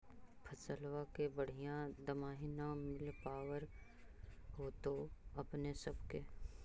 फसलबा के बढ़िया दमाहि न मिल पाबर होतो अपने सब के?